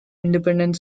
independent